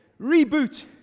reboot